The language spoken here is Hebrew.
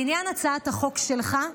לעניין הצעת החוק שלך,